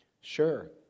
Sure